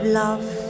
love